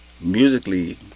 musically